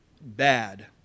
bad